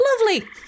Lovely